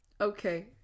okay